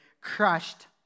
crushed